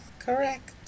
Correct